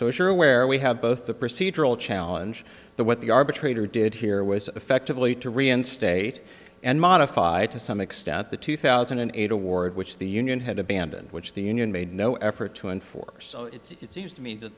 so sure where we have both the procedural challenge the what the arbitrator did here was effectively to reinstate and modified to some extent at the two thousand and eight award which the union had abandoned which the union made no effort to enforce it seems to me t